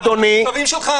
אדוני,